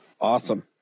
Awesome